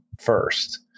first